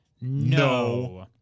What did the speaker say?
No